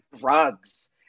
drugs